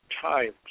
times